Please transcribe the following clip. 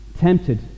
tempted